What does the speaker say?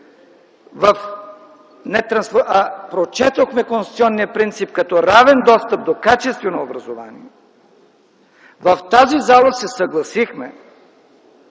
до образование, прочетохме конституционния принцип като равен достъп до качествено образование. В тази зала се съгласихме,